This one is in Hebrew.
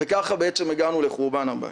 ככה הגענו לחורבן הבית.